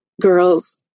girls